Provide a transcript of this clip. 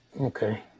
Okay